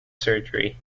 surgery